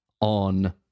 on